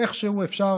איכשהו אפשר